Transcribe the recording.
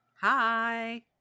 hi